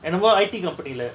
என்னமோ:ennamo I_T company lah